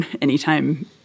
anytime